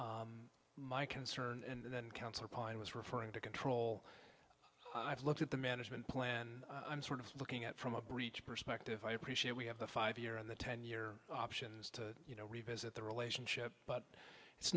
my concern and then counselor pine was referring to control i've looked at the management plan i'm sort of looking at from a breech perspective i appreciate we have the five year and the ten year options to you know revisit the relationship but it's